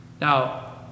Now